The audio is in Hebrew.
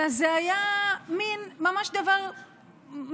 אלא זה היה ממש דבר מגוחך,